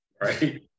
right